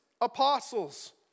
apostles